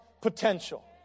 potential